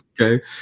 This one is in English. Okay